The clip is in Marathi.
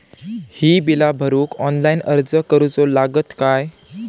ही बीला भरूक ऑनलाइन अर्ज करूचो लागत काय?